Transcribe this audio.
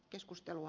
keskustelua